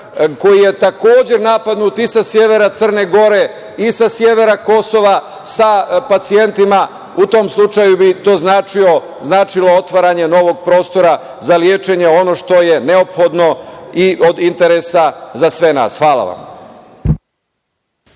koje je, takođe, napadnut i sa severa Crne Gore i sa severa Kosova, sa pacijentima. U tom slučaju bi to značilo otvaranje novog prostora za lečenje, ono što je neophodno i od interesa za sve nas. Hvala.